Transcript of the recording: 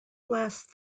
last